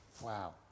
Wow